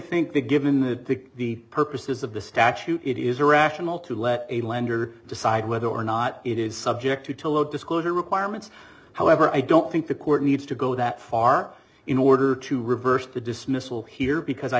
think that given that the purposes of the statute it is irrational to let a lender decide whether or not it is subject to tolo disclosure requirements however i don't think the court needs to go that far in order to reverse the dismissal here because i